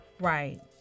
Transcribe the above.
Right